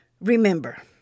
Remember